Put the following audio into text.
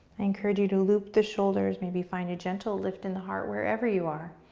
i encourage you to loop the shoulders, maybe find a gentle lift in the heart wherever you are.